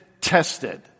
tested